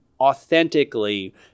Authentically